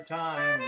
time